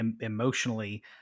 emotionally